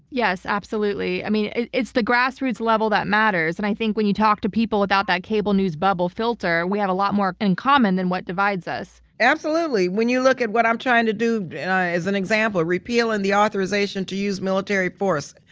yes, absolutely. i mean it's the grassroots level that matters and i think when you talk to people without that cable news bubble filter, we have a lot more in common than what divides us. absolutely. when you look at what i'm trying to do but and as an example of repealing the authorization to use military force,